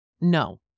No